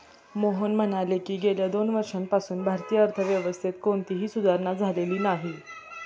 मोहन म्हणाले की, गेल्या दोन वर्षांपासून भारतीय अर्थव्यवस्थेत कोणतीही सुधारणा झालेली नाही